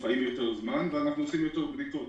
ואנחנו צריכים יותר בדיקות.